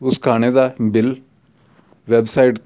ਉਸ ਖਾਣੇ ਦਾ ਬਿੱਲ ਵੈਬਸਾਈਟ